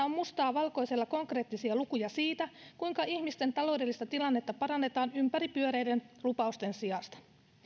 on mustaa valkoisella konkreettisia lukuja siitä kuinka ihmisten taloudellista tilannetta parannetaan ympäripyöreiden lupausten sijasta